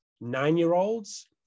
nine-year-olds